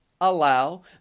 allow